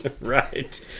right